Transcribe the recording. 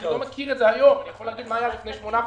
אני לא מכיר את זה היום יודע מה היה לפני שמונה חודשים,